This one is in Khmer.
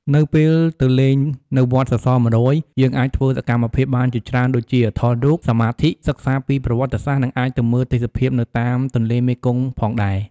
នៅពេលទៅលេងនៅវត្តសសរ ១០០ យើងអាចធ្វើសកម្មភាពបានជាច្រើនដូចជា ថតរូប សមាធិ សិក្សាពីប្រវត្តិសាស្ត្រ នឹងអាចទៅមើលទេសភាពនៅតាមទន្លេមេគង្គផងដែរ ។